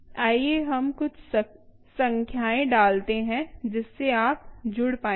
आइए हम कुछ संख्याएँ डालते हैं जिससे आप जुड़ पाएंगे